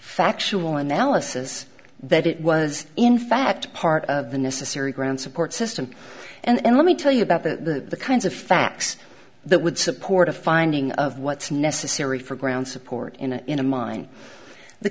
factual analysis that it was in fact part of the necessary ground support system and let me tell you about the kinds of facts that would support a finding of what's necessary for ground support in a in a mine the